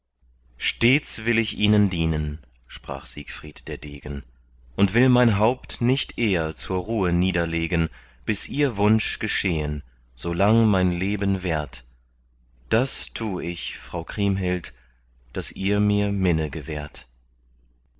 stets will ich ihnen dienen sprach siegfried der degen und will mein haupt nicht eher zur ruhe niederlegen bis ihr wunsch geschehen so lang mein leben währt das tu ich frau kriemhild daß ihr mir minne gewährt